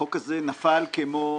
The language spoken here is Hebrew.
החוק הזה נפל כמו זה.